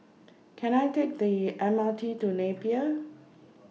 Can I Take The M R T to Napier